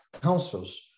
counsels